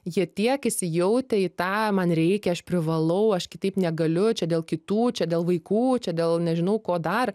jie tiek įsijautę į tą man reikia aš privalau aš kitaip negaliu čia dėl kitų čia dėl vaikų čia dėl nežinau ko dar